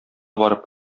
барып